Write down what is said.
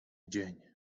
dzień